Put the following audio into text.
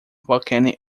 volcanic